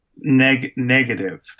negative